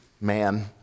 Man